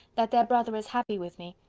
that their brother is happy with me,